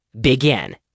Begin